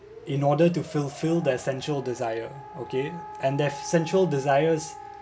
in order to fulfil the essential desire okay and there's central desires